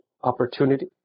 opportunity